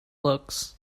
looks